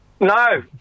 No